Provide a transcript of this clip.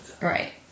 Right